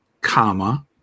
comma